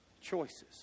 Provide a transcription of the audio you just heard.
choices